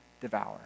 devour